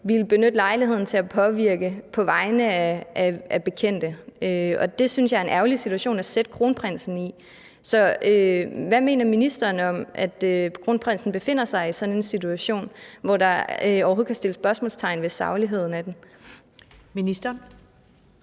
ville benytte lejligheden til at påvirke på vegne af bekendte, og det synes jeg er en ærgerlig situation at sætte kronprinsen i. Så hvad mener ministeren om, at kronprinsen befinder sig i sådan en situation, hvor der overhovedet kan sættes spørgsmålstegn ved sagligheden af den? Kl.